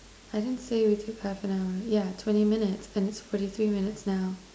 I didn't say we took half an hour yeah twenty minutes and it's forty three minutes now